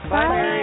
Bye